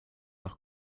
nach